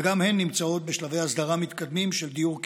וגם הן נמצאות בשלבי הסדרה מתקדמים של דיור קבע.